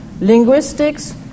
linguistics